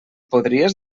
podries